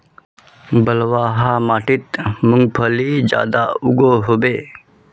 बलवाह माटित मूंगफली ज्यादा उगो होबे?